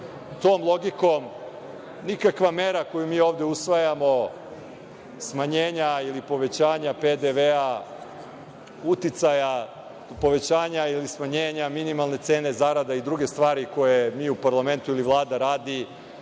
Tom logikom nikakva mera koju mi ovde usvajamo smanjenja ili povećanja PDV-a, uticaja povećanja ili smanjenja minimalne cene zarada i druge stvari koje mi u parlamentu ili Vlada radi,